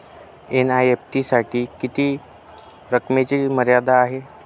NEFT साठी किती रकमेची मर्यादा आहे?